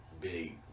big